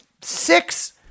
six